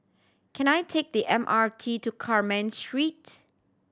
can I take the M R T to Carmen Street